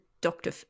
Doctor